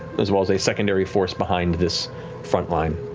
as well as a secondary force behind this front line.